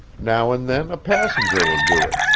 now and then a passenger will do it,